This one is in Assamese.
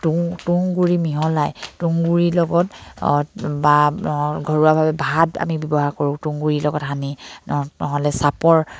তুঁহ তুঁহগুৰি মিহলাই তুঁহগুৰিৰ লগত অঁ বা ঘৰুৱাভাৱে ভাত আমি ব্যৱহাৰ কৰোঁ তুঁহগুৰিৰ লগত সানি নহ নহ'লে চাপৰ